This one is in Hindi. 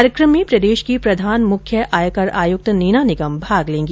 कार्यक्रम में प्रदेश की प्रधान मुख्य आयकर आयुक्त नीना निगम भाग लेंगी